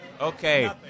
Okay